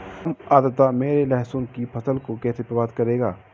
कम आर्द्रता मेरी लहसुन की फसल को कैसे प्रभावित करेगा?